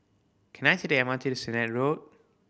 can I take the M R T to Sennett Road